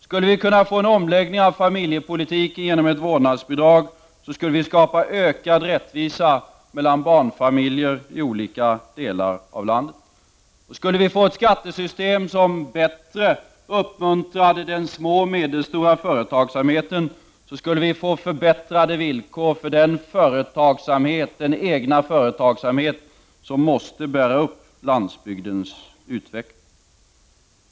Om vi skulle få en omläggning av familjepolitiken genom införandet av ett vårdnadsbidrag skulle det skapas ökad rättvisa mellan barnfamiljer i olika delar av landet. Om vi skulle få ett skattesystem som bättre uppmuntrade den lilla och medelstora företagsamheten, skulle det skapas förbättrade villkor för den egna företagsamhet som måste bära upp landsbygdens utveckling.